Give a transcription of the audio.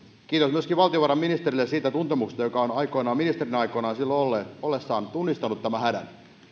myöskin valtiovarainministerille siitä tuntemuksesta että hän on silloin ministerinä ollessaan aikoinaan tunnistanut tämän hädän